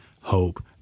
hope